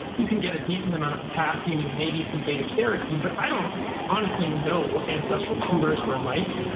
you can get a decent amount of potassium and maybe some beta carotene, but i don't honestly know what ancestral tubers were like.